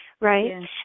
right